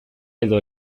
edo